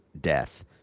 death